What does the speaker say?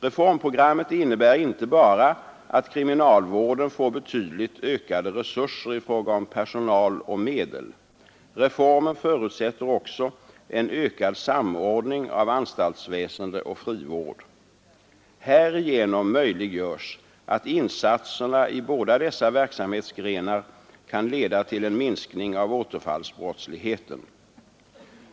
Reformprogrammet innebär inte bara att kriminalvården får betydligt ökade resurser i fråga om personal och medel. Reformen förutsätter också en ökad samordning av anstaltsväsende och frivård. Härigenom möjliggörs att insatserna i båda dessa verksamhetsgrenar kan leda till en minskning av återfallsbrottsligheten.